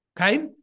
Okay